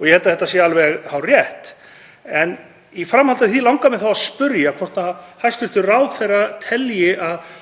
Ég held að það sé alveg hárrétt. En í framhaldi af því langar mig þá að spyrja hvort hæstv. ráðherra telji að